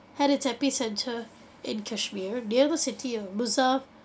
had its epicentre in kashmir near the city of